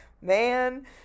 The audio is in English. man